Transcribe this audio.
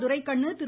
Duraikannu Thiru